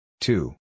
Two